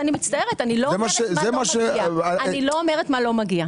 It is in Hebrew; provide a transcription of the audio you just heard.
אני מצטערת, אני לא אומרת מה לא מגיע.